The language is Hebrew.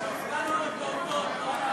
יש טעות בהצבעה.